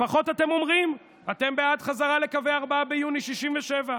לפחות אתם אומרים שאתם בעד חזרה לקווי 4 ביוני 1967,